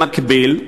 במקביל,